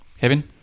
Kevin